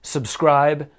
Subscribe